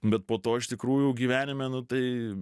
bet po to iš tikrųjų gyvenime nu tai